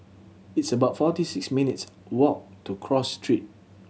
it's about forty six minutes' walk to Cross Street